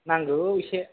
नांगौ एसे